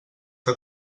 que